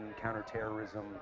counterterrorism